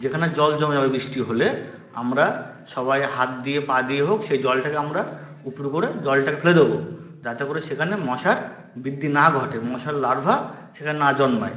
যেখানে জল জমে যাবে বৃষ্টি হলে আমরা সবাই হাত দিয়ে পা দিয়ে হোক সেই জলটাকে আমরা উপুর করে জলটাকে ফেলে দেব যাতে করে সেখানে মশার বৃদ্ধি না ঘটে মশার লার্ভা সেখানে না জন্মায়